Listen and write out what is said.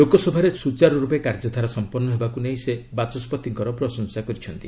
ଲୋକସଭାରେ ସ୍ୱଚାରୁ ର୍ଚପେ କାର୍ଯ୍ୟଧାରା ସମ୍ପନ୍ନ ହେବାକୁ ନେଇ ସେ ବାଚସ୍ୱତିଙ୍କର ପ୍ରଶଂସା କରିଛନ୍ତି